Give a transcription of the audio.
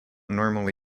normally